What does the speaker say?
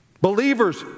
Believers